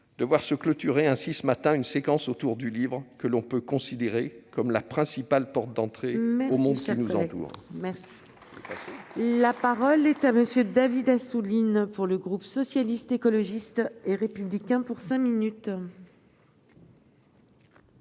de voir clôturer ainsi ce matin une séquence autour du livre, que l'on peut considérer comme la principale porte d'entrée au monde qui nous entoure. La parole est à M. David Assouline, pour le groupe Socialiste, Écologiste et Républicain. Madame